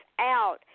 out